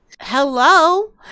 hello